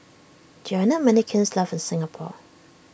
there are not many kilns left in Singapore